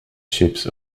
ships